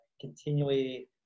continually